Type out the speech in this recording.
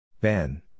Ben